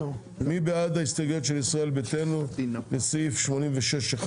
מי בעד ההסתייגויות של ישראל ביתנו לסעיף 86 1?